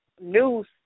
news